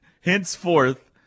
Henceforth